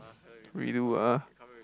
redo ah